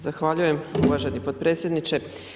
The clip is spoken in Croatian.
Zahvaljujem uvaženi potpredsjedniče.